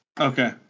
Okay